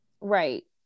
Right